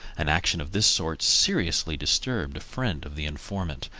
an action of this sort seriously disturbed a friend of the informant,